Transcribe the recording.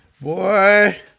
boy